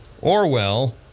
Orwell